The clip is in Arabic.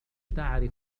تعرف